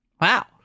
Wow